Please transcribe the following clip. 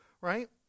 right